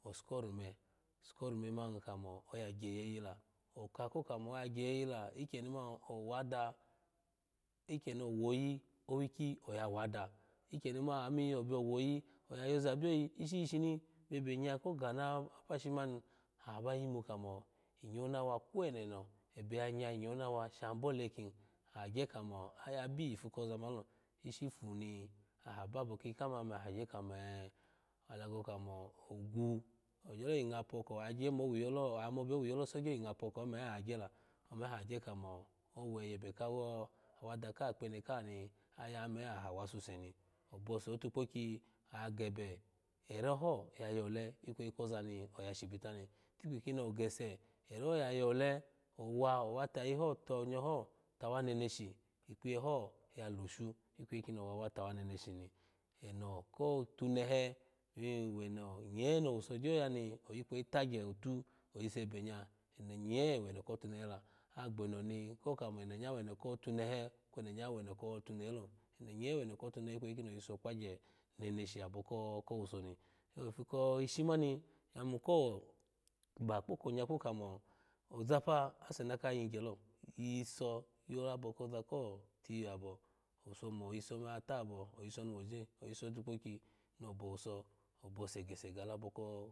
Osuko orume osuku orume man kamo oya gyeyeyi la oka ko kamo oga gyeyeyi la iky eni owada ikyeni owo oyi owikiyi oya wada ikeyeni man oya miyo bo owo oyi ishi shishini bye ebenga ko ga ano apashi mani aha ba yimu kamo inyawo nawa kweneno ebe yanya inyawo nawa shan bole kin aha gye kamo abi yifu kozaman lo ishi fa ni aha gye kamo abi yifu kozaman lo ishi fu ni aha baba kiyi kaha man ome aha gye kamo ee alogo kamo ogu ogyolo yi nga po oko agye mo wiyolo amo bio wiyo lo soogyo yi nga po oko me agye ome agye kamo owe yebe kawo awada kaha kpa wene kaha ni aya me aha wasuse ni obose ootukpokyi ayo gebe era ho ya yole ikwyi kozani oya shibita ni itikpi kini ogese era ho ya yole owa owa tayi ho to onyoho tawa neneshi ikpiye ho ya loshu ikweyi kuni owa wa tawa neneshi ni eno kotunehe pin weno nye ni owuso gyo ya ni oyi kweyi tagye otu oyiso ebe nya eno nye weno kotunehe la agbene ni ko kamo eno nya weno kotunehe kweno nya wemo kotunehe lo eno nye weno kotunehe ikweyi kini oyiso okpagye neneshi abo ko ko wuso ni so ifu ko ishi mani inya yimu ko ba kpo oko nyaku kamo oza pa ase naka yingye ome atabo oyinso ni woji oyiso otukpokyi no bowuso obose gese galabo ko.